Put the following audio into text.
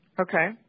Okay